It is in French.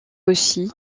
aussi